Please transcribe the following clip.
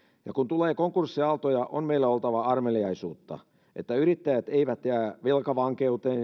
ja kun tulee konkurssiaaltoja on meillä oltava armeliaisuutta että yrittäjät eivät jää velkavankeuteen